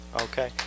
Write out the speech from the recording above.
Okay